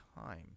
time